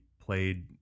played